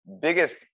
biggest